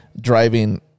driving